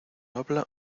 habla